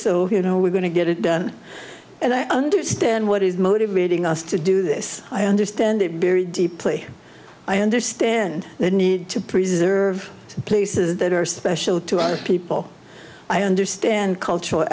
so you know we're going to get it and i understand what is motivating us to do this i understand it very deeply i understand the need to preserve places that are special to other people i understand cultural